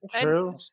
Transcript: True